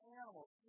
animals